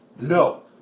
No